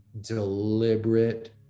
deliberate